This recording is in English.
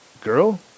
girl